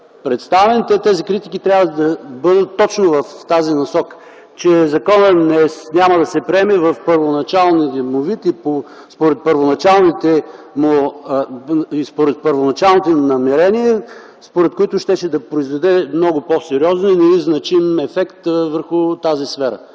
представен, те трябва да бъдат точно в тази насока: че законът няма да се приеме в първоначалния си вид и според първоначалните намерения, според които щеше да доведе до много по-сериозен и значим ефект върху тази сфера.